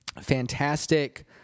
Fantastic